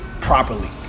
properly